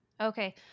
Okay